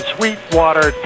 Sweetwater